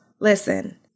listen